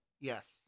Yes